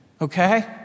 Okay